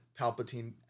Palpatine